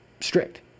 strict